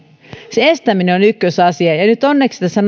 se estäminen on ykkösasia ja nyt onneksi tässä